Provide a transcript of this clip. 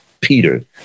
Peter